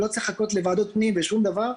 ולא צריך לחכות לוועדות פנים ולשום דבר,